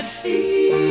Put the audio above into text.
see